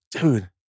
dude